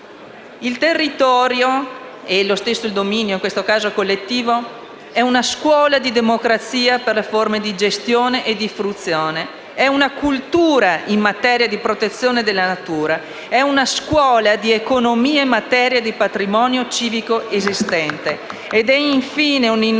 il territorio dello stesso dominio, in questo caso collettivo, è una scuola di democrazia per le forme di gestione e di fruizione. È una cultura in materia di protezione della natura, una scuola di economia in materia di patrimonio civico esistente. *(Applausi del